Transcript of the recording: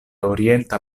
orienta